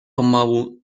pomału